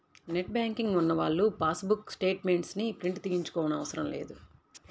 net banking ఉన్నవాళ్ళు passbook statements ని print తీయించుకోనవసరం లేదు